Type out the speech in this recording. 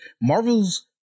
Marvel's